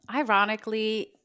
Ironically